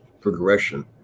progression